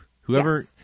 Whoever